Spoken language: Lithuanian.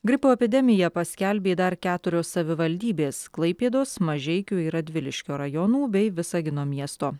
gripo epidemiją paskelbė dar keturios savivaldybės klaipėdos mažeikių ir radviliškio rajonų bei visagino miesto